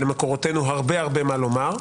ולמקורותינו, הרבה הרבה מה לומר.